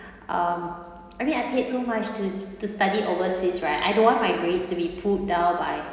um I mean I paid so much to to study overseas right I don't want my grades to be pulled down by